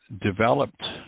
developed